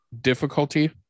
difficulty